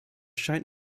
scheint